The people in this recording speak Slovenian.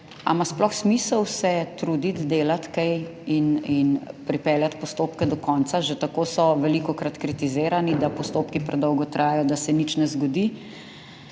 ima sploh smisel se truditi, delati kaj in pripeljati postopke do konca? Že tako so velikokrat kritizirani, da postopki predolgo trajajo, da se nič ne zgodi.